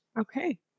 Okay